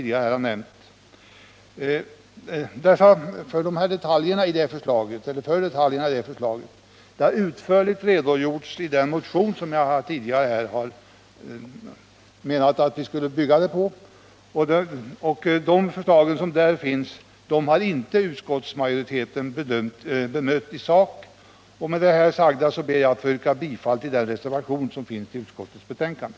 Detaljerna i det förslaget har utförligt redovisats i den motion som jag tidigare talat om och som utskottsmajoriteten inte bemött i sak. Med det här sagda ber jag att få yrka bifall till reservationen i utskottets betänkande.